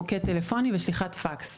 מוקד טלפוני ושליחת פקס.